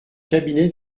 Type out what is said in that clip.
cabinet